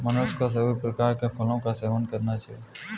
मनुष्य को सभी प्रकार के फलों का सेवन करना चाहिए